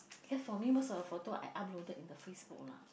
because for me most of the photo I uploaded in the Facebook lah